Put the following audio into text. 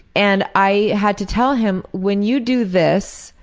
and i had to tell him when you do this.